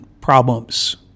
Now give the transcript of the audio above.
problems